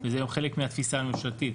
וזה חלק מהתפיסה הממשלתית,